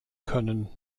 können